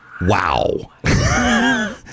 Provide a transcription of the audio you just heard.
wow